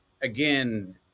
Again